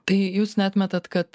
tai jūs neatmetat kad